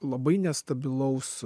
labai nestabilaus